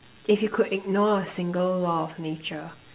if you could ignore a single law of nature